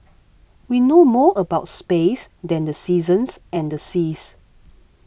we know more about space than the seasons and the seas